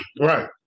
Right